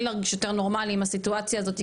להרגיש יותר נורמלי עם הסיטואציה הזאת,